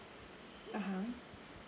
(uh huh)